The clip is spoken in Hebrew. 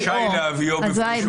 רשאי להביאו בפני שופט.